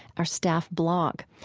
our staff blog.